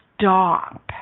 stop